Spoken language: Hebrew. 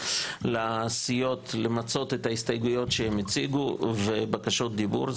לסיעות למצות את ההסתייגויות שהם הציגו ובקשות דיבור.